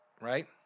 Right